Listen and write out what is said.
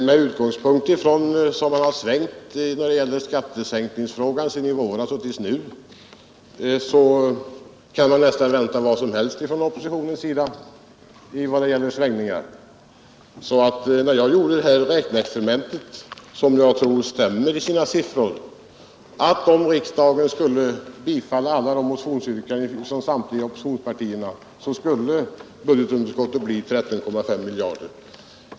Fru talman! Med hänsyn till hur det svängt inom oppositionen i skattesänkningsfrågan från i våras och fram till nu kan man nästan vänta sig vad som helst från oppositionens sida. När jag gjorde detta räkneexperiment, där jag tror att siffrorna stämmer, utgick jag ifrån antagandet att riksdagen skulle bifalla samtliga motionsyrkanden från oppositionspartierna. Då skulle budgetunderskottet bli 13,5 miljarder.